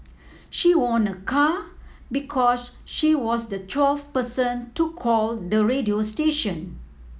she won a car because she was the twelfth person to call the radio station